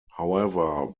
however